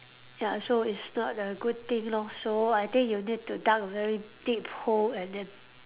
ya so it's not a good thing lor so I think you need to dug a very deep hole and then